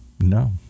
No